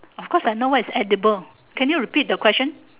of course I know what is edible can you repeat the question